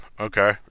Okay